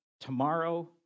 tomorrow